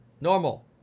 normal